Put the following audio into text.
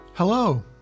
Hello